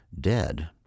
dead